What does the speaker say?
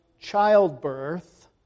childbirth